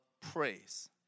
praise